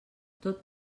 tot